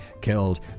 killed